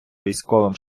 військовим